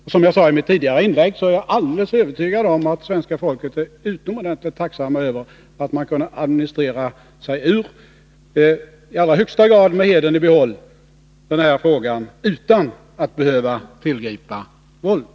Och som jag sade i mitt tidigare inlägg är jag alldeles övertygad om att svenska folket är utomordentligt tacksamt över att regeringen — i allra högsta grad med Nr 145 hedern i behåll — kunde administrera sig ur denna fråga utan att behöva ' Onsdagen den tillgripa våld.